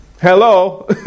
Hello